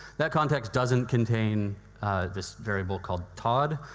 that context doesn't contain this variable called tod,